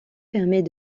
permet